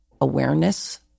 awareness